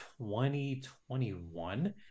2021